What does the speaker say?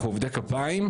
אנחנו עובדי כפיים,